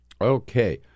Okay